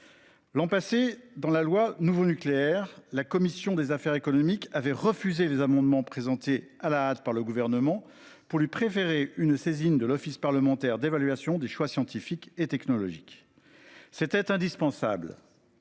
bien mal engagée. L’an passé, la commission des affaires économiques avait rejeté des amendements présentés à la hâte par le Gouvernement pour leur préférer une saisine de l’Office parlementaire d’évaluation des choix scientifiques et technologiques. C’était indispensable.